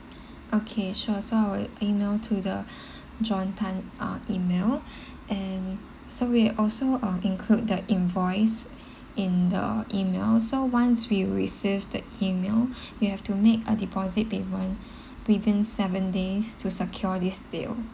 okay sure so I will email to the john tan ah email and so we're also uh include the invoice in the email so once you received the email you have to make a deposit payment within seven days to secure this bill